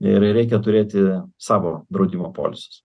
ir reikia turėti savo draudimo polisus